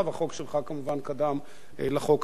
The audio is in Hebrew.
החוק שלך כמובן קדם לחוק הזה.